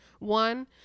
One